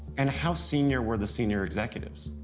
and how senior were the senior executives?